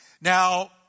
Now